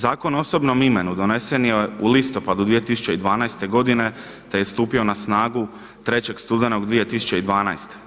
Zakon o osobnom imenu donesen je u listopadu 2012. godine te je stupio na snagu 3. studenog 2012.